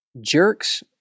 jerks